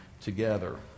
together